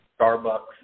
Starbucks